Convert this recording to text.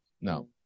No